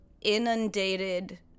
inundated